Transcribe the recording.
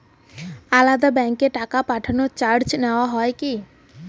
আলাদা ব্যাংকে টাকা পাঠালে চার্জ নেওয়া হয় কি?